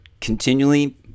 continually